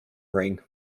ring